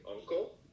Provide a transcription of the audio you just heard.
uncle